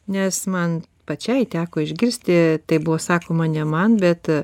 nes man pačiai teko išgirsti tai buvo sakoma ne man bet